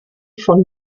von